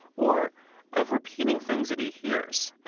or of repeating things that he hears,